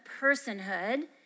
personhood